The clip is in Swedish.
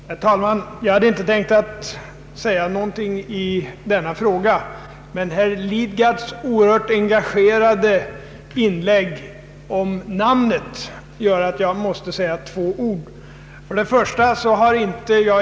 Herr talman! Jag hade inte tänkt säga någonting i denna fråga, men herr Lidgards oerhört engagerade inlägg om namnet gör att jag måste säga några ord.